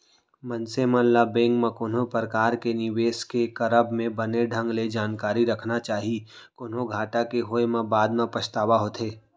मनसे मन ल बेंक म कोनो परकार के निवेस के करब म बने ढंग ले जानकारी रखना चाही, कोनो घाटा के होय म बाद म पछतावा होथे